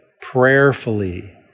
prayerfully